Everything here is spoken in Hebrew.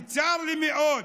וצר לי מאוד,